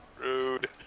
Rude